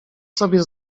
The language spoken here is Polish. sobie